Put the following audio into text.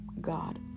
God